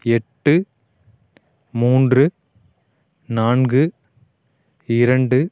எட்டு மூன்று நான்கு இரண்டு